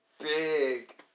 big